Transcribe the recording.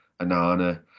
Anana